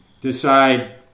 decide